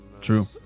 true